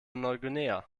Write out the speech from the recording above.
neuguinea